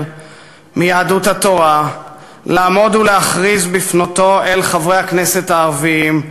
מיהדות התורה לעמוד ולהכריז בפנותו אל חברי הכנסת הערבים,